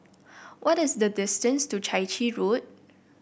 what is the distance to Chai Chee Road